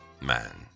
Man